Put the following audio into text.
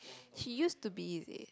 she used to be is it